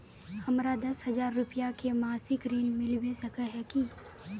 हमरा दस हजार रुपया के मासिक ऋण मिलबे सके है की?